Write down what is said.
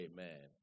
Amen